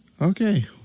okay